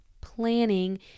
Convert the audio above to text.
planning